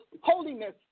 Holiness